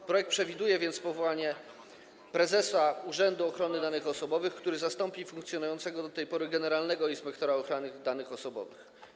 W projekcie przewiduje się powołanie prezesa Urzędu Ochrony Danych Osobowych, który zastąpi funkcjonującego do tej pory generalnego inspektora ochrony danych osobowych.